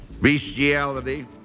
bestiality